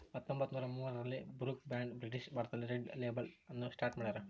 ಹತ್ತೊಂಬತ್ತುನೂರ ಮೂರರಲ್ಲಿ Brooke Bond British ಭಾರತದಲ್ಲಿ ರೆಡ್ ಲೇಬಲ್ ಅನ್ನು ಸ್ಟಾರ್ಟ್ ಮಾಡ್ಯಾರ